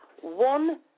one